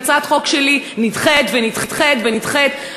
הצעת חוק שלי נדחית ונדחית ונדחית,